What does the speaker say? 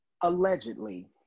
allegedly